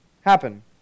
happen